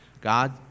God